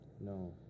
no